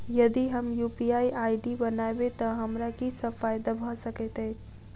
यदि हम UPI ID बनाबै तऽ हमरा की सब फायदा भऽ सकैत अछि?